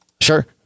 Sure